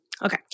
Okay